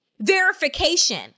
verification